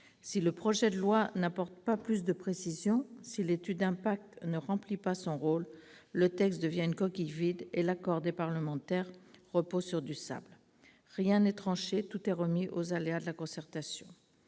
Si le projet de loi n'apporte pas plus de précisions, si l'étude d'impact ne remplit pas son rôle, le texte devient une coquille vide, et l'accord des parlementaires reposera sur du sable. Rien n'est tranché, tout est remis aux « aléas » de la concertation.